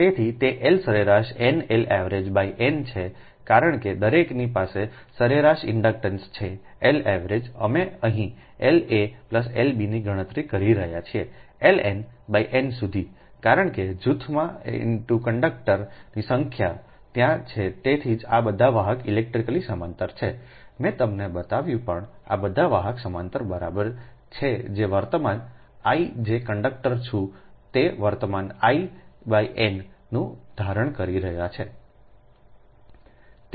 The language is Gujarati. તેથી તે L સરેરાશ n L એવરેજ n છે કારણ કે દરેકની પાસે સરેરાશ ઇન્ડક્ટન્સ છે L એવરેજ અમે અહીં L a L bની ગણતરી કરી રહ્યા છીએ L n n સુધી કારણ કે જૂથમાં x કંડક્ટરની સંખ્યા ત્યાં છે તેથી જ અને બધા વાહક ઇલેક્ટ્રિકલી સમાંતર છે મેં તમને બતાવ્યું પણ આ બધા વાહક સમાંતર બરાબર છે જે વર્તમાન I જે કંડક્ટર છું તે વર્તમાન I n ને ધારણ કરી રહ્યો છે